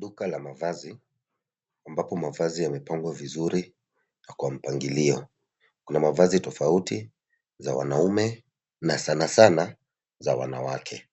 Duka la mavazi ambapo mavazi ambapo mavazi yamepangwa vizuri na kwa mpangilio. Kuna mavazi tofauti za wanaume na sanasana za wanawake.